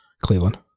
Cleveland